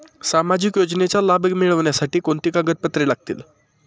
सामाजिक योजनेचा लाभ मिळण्यासाठी कोणती कागदपत्रे लागतील?